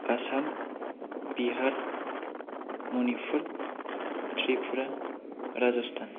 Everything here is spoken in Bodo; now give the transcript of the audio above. आसाम बिहार मणिपुर त्रिपुरा राजस्थान